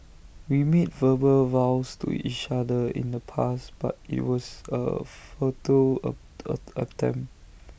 we made verbal vows to each other in the past but IT was A futile attempt